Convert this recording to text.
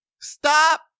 stop